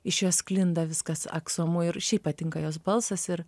iš jos sklinda viskas aksomu ir šiaip patinka jos balsas ir